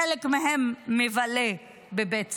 חלק מהם מבלה בבית סוהר,